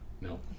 no